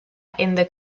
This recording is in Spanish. the